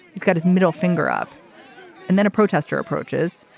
he's got his middle finger up and then a protester approaches,